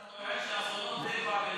אתה טוען שאסונות טבע,